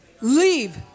leave